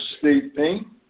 sleeping